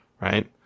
right